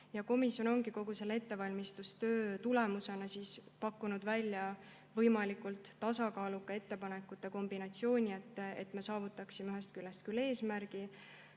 kaasamine. Kogu selle ettevalmistustöö tulemusena ongi komisjon pakkunud välja võimalikult tasakaaluka ettepanekute kombinatsiooni, et me saavutaksime ühest küljest küll eesmärgi